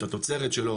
את התוצרת שלו,